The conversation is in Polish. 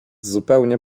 zupełnie